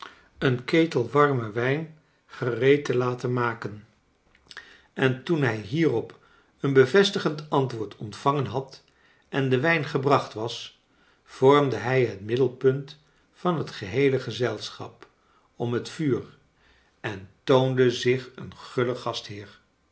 een ketel warmen wijn gereed te laten maken en toen hij hierop een bevestigend antwoord ontvangen had en de wijn gebracht was vormde hij het middelpunt van het geheele gezelschap om het vuur en toonde zich een guile gastheer